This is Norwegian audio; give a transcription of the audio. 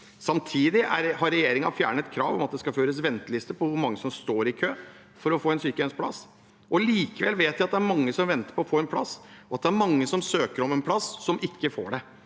Samtidig har regjeringen fjernet kravet om at det skal føres venteliste på hvor mange som står i kø for å få en sykehjemsplass. Likevel vet jeg at det er mange som venter på å få en plass, og at det er mange som søker om plass, som ikke får det.